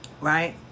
right